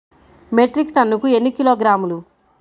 Metric టన్నుకు ఎన్ని కిలోగ్రాములు?